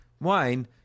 wine—